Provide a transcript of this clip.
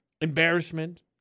Embarrassment